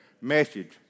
message